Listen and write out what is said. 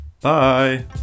Bye